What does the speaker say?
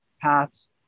paths